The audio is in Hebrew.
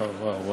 וואו,